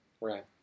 Right